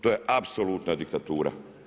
To je apsolutna diktatura.